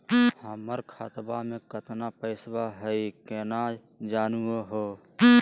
हमर खतवा मे केतना पैसवा हई, केना जानहु हो?